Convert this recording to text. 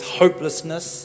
hopelessness